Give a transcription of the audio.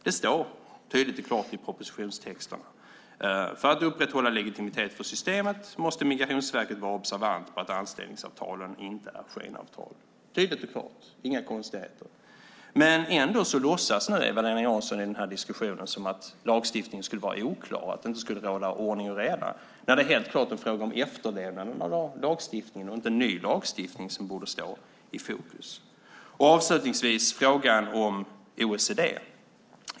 Det står tydligt och klart i propositionstexterna. För att upprätthålla legitimitet för systemet måste Migrationsverket vara observant på att anställningsavtalen inte är skenavtal. Det är tydligt och klart, inga konstigheter. Men ändå låtsas Eva-Lena Jansson i den här diskussionen som att lagstiftningen skulle vara oklar, att det inte skulle råda ordning och reda, när det helt klart är frågan om efterlevnaden av lagstiftningen och inte en ny lagstiftning som borde stå i fokus. Avslutningsvis gäller det frågan om OECD.